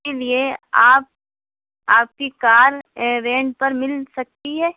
اسی لیے آپ آپ کی کار رینٹ پر مل سکتی ہے